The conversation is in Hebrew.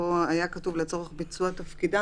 פה היה כתוב "לצורך ביצוע תפקידם".